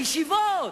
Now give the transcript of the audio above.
יש דוח כזה.